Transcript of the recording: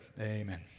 Amen